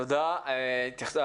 תודה רבה.